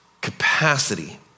capacity